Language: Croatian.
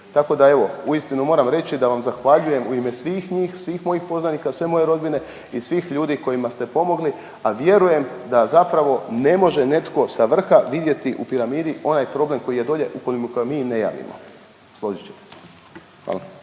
Tako da evo, uistinu moram reći da vam zahvaljujem u ime svih njih, svih mojih poznanika, sve moje rodbine i svih ljudi kojima ste pomogli, a vjerujem da zapravo ne može netko sa vrha vidjeti u piramidi onaj problem koji je dolje ukoliko mu ga mi ne javimo. Složit ćete se. Hvala.